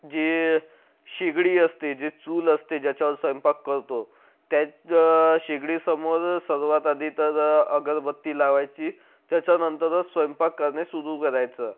जी शेगडी असते जी चूल असते ज्याच्यावर स्वयंपाक करतो त्याच ज शेगडी समोर सर्वात आधी तर अगरबत्ती लावायची त्याच्या नंतरच स्वयंपाक करणे सुरू करायचं